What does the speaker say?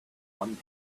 one